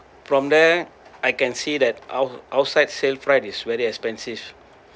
from there I can see that out~ outside sell price is very expensive